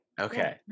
Okay